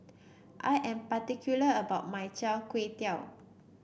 I am particular about my Char Kway Teow